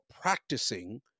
practicing